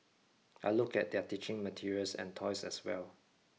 I looked at their teaching materials and toys as well